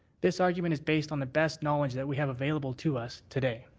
this argument is based on the best knowledge that we have available to us today.